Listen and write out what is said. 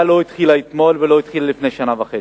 הבעיה לא התחילה אתמול ולא התחילה לפני שנה וחצי.